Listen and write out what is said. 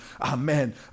Amen